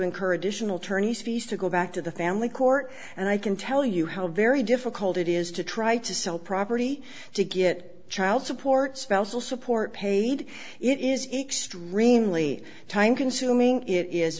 additional tourney's fees to go back to the family court and i can tell you how very difficult it is to try to sell property to get child support spousal support paid it is extremely time consuming it is